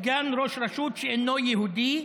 סגן ראש רשות שאינו יהודי,